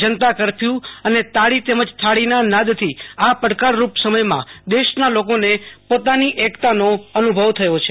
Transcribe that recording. જનતા curfew અને તાળી થાળીના નાદથી આ પડકારરૂપ સમયમાં દેશના લોકોને પોતાની અકતાનો અનુભવ થયો છે